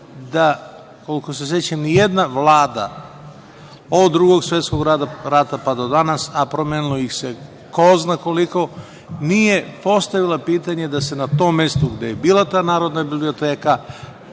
koliko se sećam, nijedna Vlada od Drugog svetskog rata, pa do danas, a promenilo ih se ko zna koliko, nije postavila pitanje da se na tom mestu gde je bila ta Narodna biblioteka,